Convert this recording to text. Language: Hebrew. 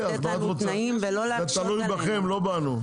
זה תלוי בכם ולא בנו.